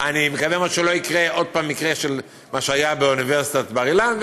אני מקווה מאוד שלא יקרה פה עוד מקרה כמו זה שהיה באוניברסיטת בר-אילן,